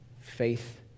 faith